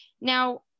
Now